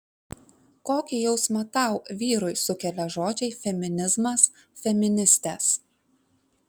kokį jausmą tau vyrui sukelia žodžiai feminizmas feministės